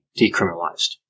decriminalized